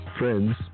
friends